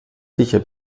sicher